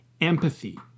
empathy